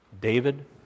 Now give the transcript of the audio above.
David